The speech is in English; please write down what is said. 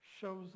shows